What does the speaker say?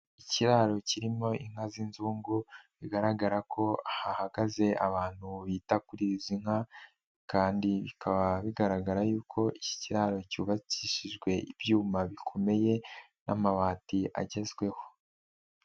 Ikiraro kirimo inka z'inzungu bigaragara ko hahagaze abantu bita kuri izi nka kandi bikaba bigaragara yuko iki kiraro cyubakishijwe ibyuma bikomeye n'amabati agezweho.